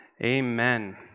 Amen